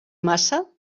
massa